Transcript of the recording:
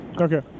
okay